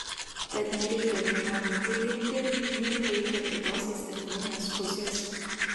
tad nereikia nei žmonių klaidinti nei aitrinti tos įstatyminės pusės